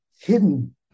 hidden